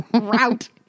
route